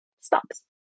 stops